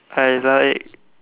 I like